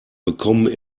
bekommen